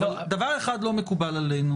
אבל דבר אחד לא מקובל עלינו